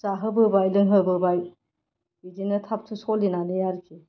जाहोबोबाय लोंहोबोबाय बिदिनो थाब थुब सोलिनानै आरोखि